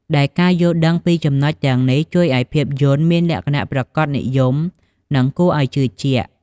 ដែលការយល់ដឹងពីចំណុចទាំងនេះជួយឲ្យភាពយន្តមានលក្ខណៈប្រាកដនិយម និងគួរឲ្យជឿជាក់។